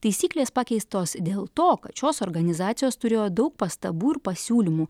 taisyklės pakeistos dėl to kad šios organizacijos turėjo daug pastabų ir pasiūlymų